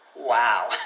Wow